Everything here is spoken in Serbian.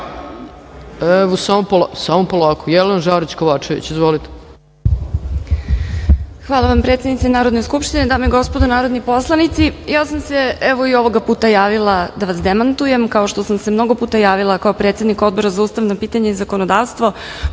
Kovačević. Izvolite. **Jelena Žarić Kovačević** Hvala vam, predsednice Narodne skupštine. Dame i gospodo narodni poslanici, ja sam se i ovoga puta javila da vas demantujem, kao što sam se mnogo puta javila kao predsednik Odbora za ustavna pitanja i zakonodavstvo.